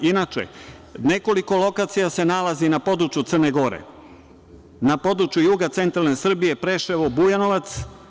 Inače, nekoliko lokacija se nalazi na području Crne Gore, na području juga, centralne Srbije, Preševo-Bujanovac.